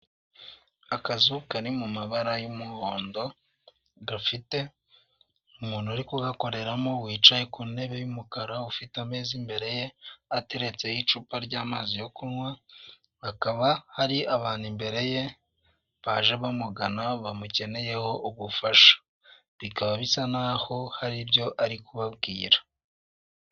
Akazu kari mu mabara y'umuhondo gafite umuntu uri kugakoreramo wicaye ku ntebe y'umukara ufite ameza imbere ye ateretse icupa ry'amazi yo kunywa hakaba hari abantu imbere ye baje bamugana bamukeneyeho ubufasha bikaba bisa naho hari ibyo ari kubabwira.